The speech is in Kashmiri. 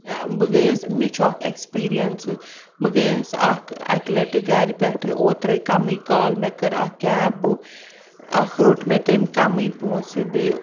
بہٕ گٔیَس مےٚ چھُ اَکھ اٮ۪کٕسپیٖریَنسہٕ بہٕ گٔیَس اَکھ اَکہِ لَٹہِ گَرِ پٮ۪ٹھٕ اوترَے کَمٕے کال مےٚ کٔر اَکھ کیب بُک اَکھ روٚٹ مےٚ تٔمۍ کَمٕے پونٛسہٕ بیٚیہِ